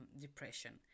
depression